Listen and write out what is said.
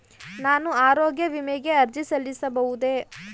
ನಾನು ಆರೋಗ್ಯ ವಿಮೆಗೆ ಅರ್ಜಿ ಸಲ್ಲಿಸಬಹುದೇ?